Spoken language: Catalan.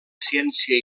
ciència